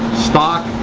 stock.